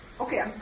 Okay